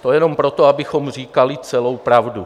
To jenom pro to, abychom říkali celou pravdu.